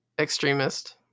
extremist